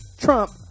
trump